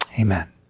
Amen